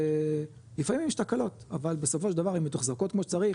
וזה לפעמים יש תקלות אבל בסופו של דבר הם מתוחזקים כמו שצריך,